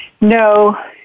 No